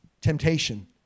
temptation